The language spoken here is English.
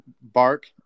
Bark